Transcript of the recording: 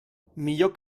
millor